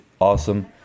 Awesome